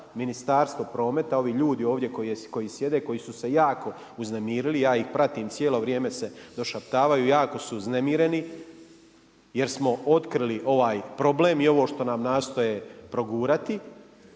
Ministarstvo prometa, ovi ljudi ovdje koji sjede, koji su se jako uznemirili, ja ih pratim i cijelo vrijeme se došaptavaju, jako su uznemireni jer smo otkrili ovaj problem i ovo što nam nastoje progurati.